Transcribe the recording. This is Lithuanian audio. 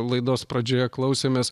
laidos pradžioje klausėmės